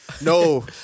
no